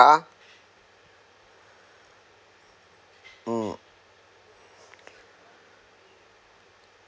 hmm